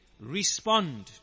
respond